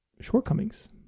shortcomings